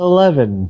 Eleven